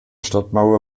stadtmauer